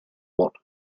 watt